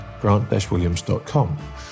grant-williams.com